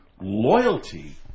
Loyalty